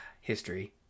history